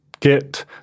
Get